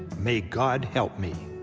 may god help me.